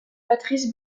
patrice